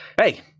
hey